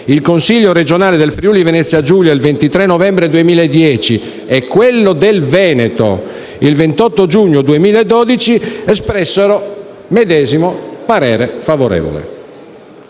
il Consiglio regionale del Friuli-Venezia Giulia, il 23 novembre 2010, e quello del Veneto, il 28 giugno 2012, espressero medesimo parere favorevole.